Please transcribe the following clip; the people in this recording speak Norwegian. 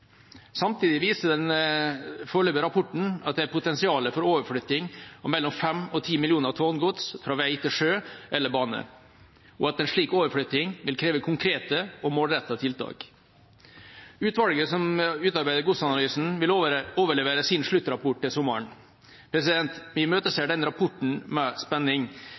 Samtidig viser den foreløpige rapporten at det er et potensial for overflytting av mellom 5 millioner og 10 millioner tonn gods fra vei til sjø eller bane, og at en slik overflytting vil kreve konkrete og målrettede tiltak. Utvalget som utarbeider godsanalysen, vil overlevere sin sluttrapport til sommeren. Vi imøteser denne rapporten med spenning.